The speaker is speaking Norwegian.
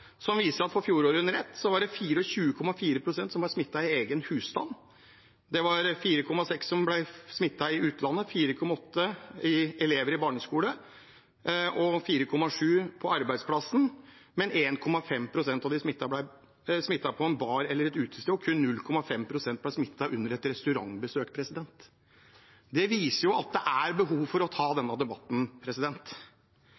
som viser at for fjoråret under ett var det 24,4 pst. som ble smittet i egen husstand. Det var 4,6 pst. som ble smittet i utlandet, 4,8 pst. var elever i barneskole, og 4,7 pst. ble smittet på arbeidsplassen, mens 1,5 pst. av de smittede ble smittet på en bar eller på et utested, og kun 0,5 pst. ble smittet under et restaurantbesøk. Det viser jo at det er behov for å ta